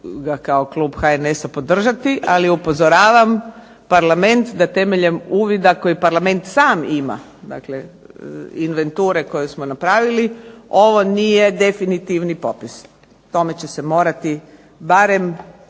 kao klub HNS-a podržati. Ali upozoravam Parlament da temeljem uvida koji Parlament sam ima, dakle inventure koje smo napravili ovo nije definitivni popis. Tome će se morati barem